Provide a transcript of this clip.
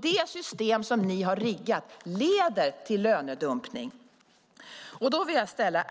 Det system som ni har riggat leder till lönedumpning.